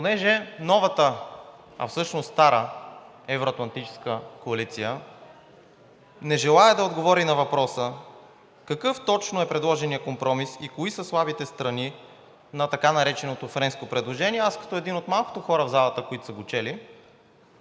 Понеже новата, а всъщност стара евро-атлантическа коалиция не желае да отговори на въпроса какъв точно е предложеният компромис и кои са слабите страни на така нареченото френско предложение, аз като един от малкото хора в залата, които са го чели,